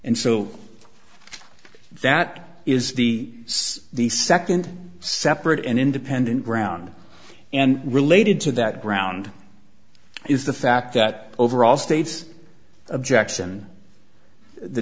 and so that is the the second separate and independent ground and related to that ground is the fact that overall states objects and the